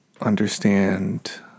understand